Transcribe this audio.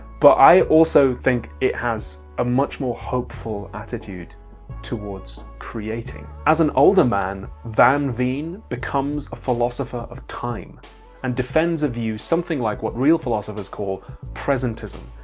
but i also think it has a much more hopeful attitude towards creating. as an older man van veen becomes a philosopher of time and defends a view something like what real philosophers call presentism.